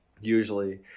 usually